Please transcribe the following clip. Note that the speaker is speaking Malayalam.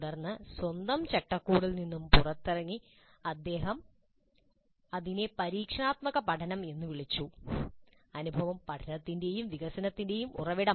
തുടർന്ന് അദ്ദേഹം സ്വന്തം ചട്ടക്കൂടിൽ നിന്നും പുറത്തിറങ്ങി അതിനെ അദ്ദേഹം പരീക്ഷണാത്മക പഠനം എന്ന് വിളിച്ചു അനുഭവം പഠനത്തിന്റെയും വികസനത്തിന്റെയും ഉറവിടമായി